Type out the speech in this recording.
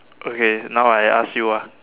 okay now I ask you ah